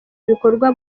ibikorwa